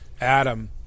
Adam